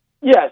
yes